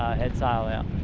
head sail out.